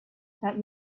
that